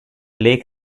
lake